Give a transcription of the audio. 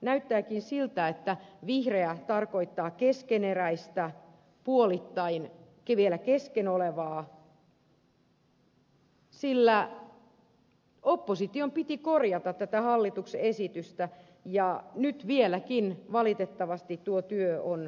näyttääkin siltä että vihreä tarkoittaa keskeneräistä puolittain vielä kesken olevaa sillä opposition piti korjata tätä hallituksen esitystä ja vieläkin valitettavasti tuo työ on teiltä kesken